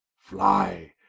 flye,